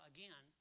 Again